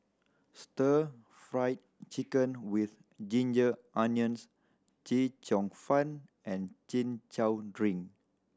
Stir Fried Chicken With Ginger Onions Chee Cheong Fun and Chin Chow drink